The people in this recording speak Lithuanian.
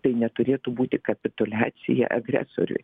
tai neturėtų būti kapituliacija agresoriui